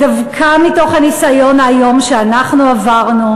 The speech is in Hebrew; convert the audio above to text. ודווקא מתוך הניסיון האיום שאנחנו עברנו,